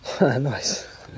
nice